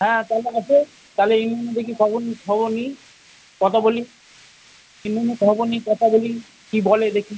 হ্যাঁ তাহলে আসো তালে ইউনিয়নে গিয়ে খবর নিই খবর নিই কথা বলি ইউনিয়নে খবর নিই কথা বলি কী বলে দেখি